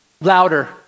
louder